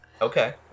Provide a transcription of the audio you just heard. Okay